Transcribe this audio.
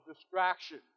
distraction